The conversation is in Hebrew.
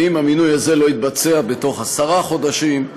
ואם המינוי לא יתבצע בתוך עשרה חודשים,